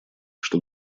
что